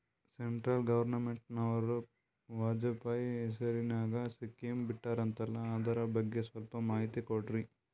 Central ಗವರ್ನಮೆಂಟನವರು ವಾಜಪೇಯಿ ಹೇಸಿರಿನಾಗ್ಯಾ scheme ಬಿಟ್ಟಾರಂತಲ್ಲ ಅದರ ಬಗ್ಗೆ ಸ್ವಲ್ಪ ಮಾಹಿತಿ ಕೊಡ್ರಿ?